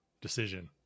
decision